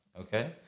Okay